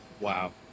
Wow